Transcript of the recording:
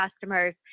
customers